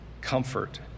comfort